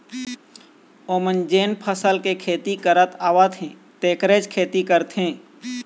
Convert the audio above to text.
ओमन जेन फसल के खेती करत आवत हे तेखरेच खेती करथे